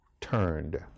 turned